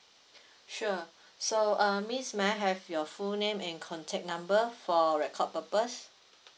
sure so err miss may I have your full name and contact number for record purpose